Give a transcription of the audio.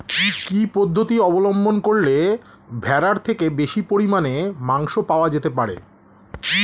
কি পদ্ধতিতে অবলম্বন করলে ভেড়ার থেকে বেশি পরিমাণে মাংস পাওয়া যেতে পারে?